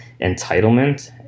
entitlement